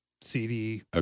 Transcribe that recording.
CD